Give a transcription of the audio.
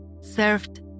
served